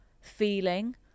feeling